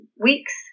weeks